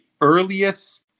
earliest